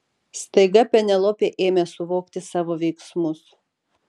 staiga penelopė ėmė suvokti savo veiksmus